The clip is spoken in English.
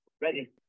Ready